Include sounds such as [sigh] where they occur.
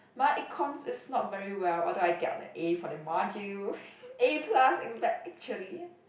my econs is not very well although I got a A for that module [laughs] A plus actually